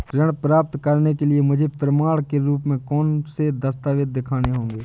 ऋण प्राप्त करने के लिए मुझे प्रमाण के रूप में कौन से दस्तावेज़ दिखाने होंगे?